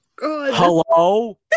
Hello